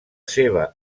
seva